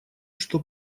что